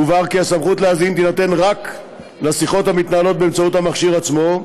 הובהר כי הסמכות להאזין תינתן רק לשיחות המתנהלות באמצעות המכשיר עצמו,